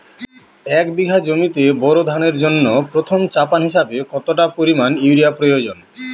এক বিঘা জমিতে বোরো ধানের জন্য প্রথম চাপান হিসাবে কতটা পরিমাণ ইউরিয়া প্রয়োজন?